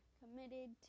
committed